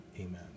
amen